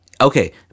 Okay